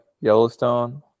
yellowstone